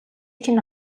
чинь